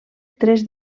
tres